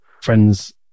friends